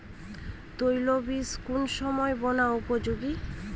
তৈল বীজ কোন সময় বোনার উপযোগী?